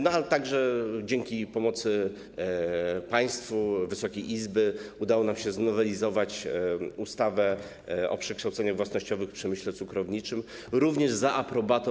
Natomiast dzięki pomocy państwa, Wysokiej Izby, udało nam się znowelizować ustawę o przekształceniach własnościowych w przemyśle cukrowniczym, również za aprobatą.